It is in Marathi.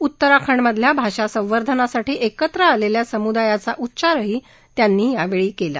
उत्तराखंडमधल्या भाषा संर्वधानासाठी एकत्र आलेल्या समुदायाचा उच्चारही त्यांनी केला